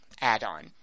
add-on